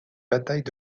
batailles